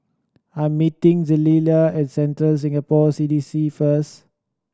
I am meeting Zelia at Central Singapore C D C first